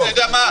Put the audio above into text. אתה יודע מה?